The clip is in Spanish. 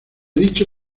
dicho